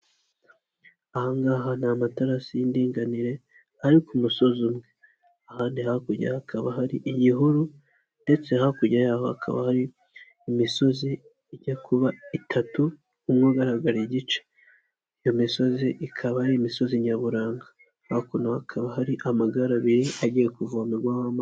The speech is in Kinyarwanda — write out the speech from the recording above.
Aha ngaha ni amatarasi y'indinganire ari ku musozi umwe, ahandi hakurya hakaba hari igihuru ndetse hakurya y'aho hakaba hari imisozi ijya kuba itatu umwe ugaragara igice, iyo misozi ikaba ari imisozi nyaburanga, hakuno hakaba hari amagare abiri agiye kuvomerwaho amazi.